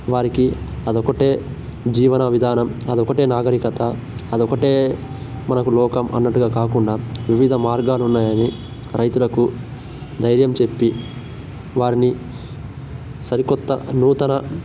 వారికి అదొకటే జీవన విధానం అదొకటే నాగరికత అదొకటే మనకు లోకం అన్నట్టుగా కాకుండా వివిధ మార్గాలున్నాయి రైతులకు ధైర్యం చెప్పి వారిని సరికొత్త నూతన